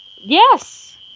Yes